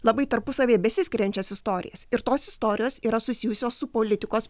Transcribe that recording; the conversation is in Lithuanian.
labai tarpusavyje besiskiriančias istorijas ir tos istorijos yra susijusios su politikos